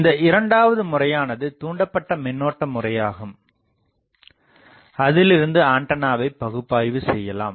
இந்த இரண்டாவது முறையானது தூண்டப்பட்ட மின்னோட்ட முறையாகும் அதிலிருந்து ஆண்டனாவை பகுப்பாய்வு செய்யலாம்